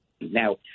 Now